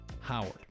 Howard